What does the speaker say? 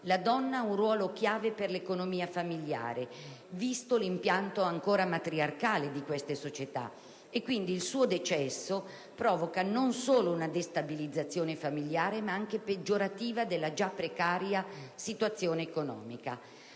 la donna riveste un ruolo chiave per l'economia familiare visto l'impianto ancora matriarcale di queste società. Quindi, il suo decesso provoca non solo una destabilizzazione familiare, ma anche peggiorativa della già precaria situazione economica.